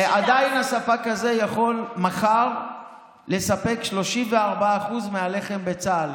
עדיין הספק הזה יכול מחר לספק 34% מהלחם בצה"ל,